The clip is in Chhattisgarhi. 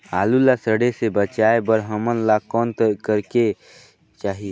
आलू ला सड़े से बचाये बर हमन ला कौन करेके चाही?